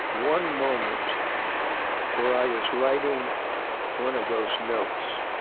one moment where i was writing one of those notes.